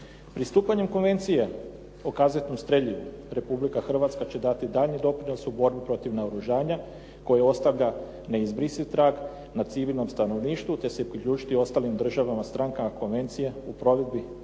Pristupanjem konvencije o kazetnom streljivu Republika Hrvatska će dati daljnji doprinos u borbi protiv naoružanja koje ostavlja neizbrisiv trag na civilnom stanovništvu te se priključiti ostalim državama strankama konvencije u provedbi njenih